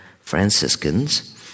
Franciscans